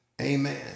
Amen